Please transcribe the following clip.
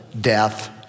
death